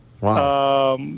Wow